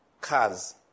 cars